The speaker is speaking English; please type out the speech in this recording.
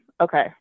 Okay